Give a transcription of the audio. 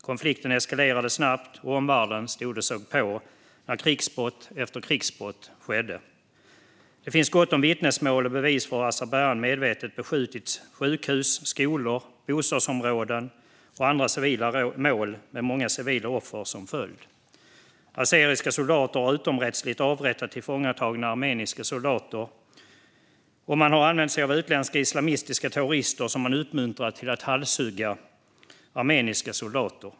Konflikten eskalerade snabbt, och omvärlden stod och såg på när krigsbrott efter krigsbrott skedde. Det finns gott om vittnesmål och bevis för hur Azerbajdzjan medvetet beskjutit sjukhus, skolor, bostadsområden och andra civila mål med många civila offer som följd. Azerbajdzjanska soldater har utomrättsligt avrättat tillfångatagna armeniska soldater, och man har använt sig av utländska islamistiska terrorister som man har uppmuntrat till att halshugga armeniska soldater.